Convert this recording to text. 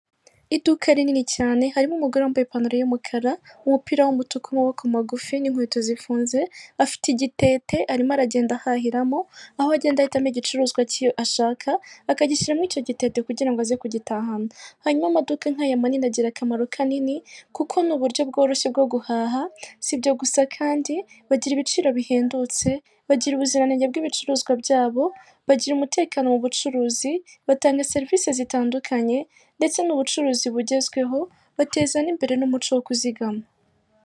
Iduka rinini cyane harimo umugore wambaye ipantaro y'umukara. umupira w'umutuku w'amaboko magufi n'inkweto zifunze bafite igitete arimo aragenda ahahiramo, aho agenda ahitamo igicuruzwa ke ashaka, akagishyira muri icyo gitete kugira ngo aze kugitahana, hanyuma amaduka nkaya manini agira akamaro kanini kuko ni uburyo bworoshye bwo guhaha, sibyo gusa kandi bagira ibiciro bihendutse, bagira ubuziranenge bw'ibicuruzwa byabo, bagira umutekano mu bucuruzi, batanga serivise zitandukanye ndetse n'ubucuruzi bugezweho, bateza n'imbere n'umuco wo kuzigama.